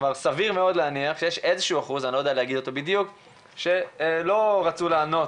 סביר להניח שישנו אחוז מסוים שלא רצו לענות